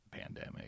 pandemic